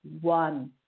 one